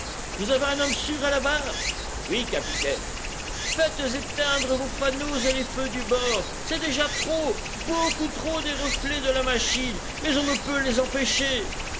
vous avez un homme sûr à la barre oui capitaine aites éteindre vos fanaux et les feux du bord c'est déjà trop beaucoup trop des reflets de la machine mais on ne peut les empêcher